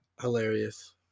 Hilarious